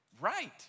right